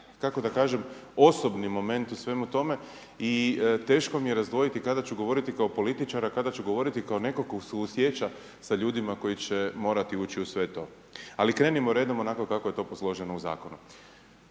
kako da kažem, osobni moment u svemu tome i teško mi je razdvojiti kada ću govoriti kao političar, a kada ću govoriti kao netko tko suosjeća sa ljudima koji će morati ući u sve to. Ali krenimo redom onako kako je to posloženo u Zakonu.